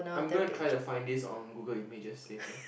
I'm gonna try to find this on Google images later